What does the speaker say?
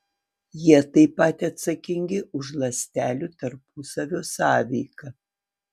jie taip pat atsakingi už ląstelių tarpusavio sąveiką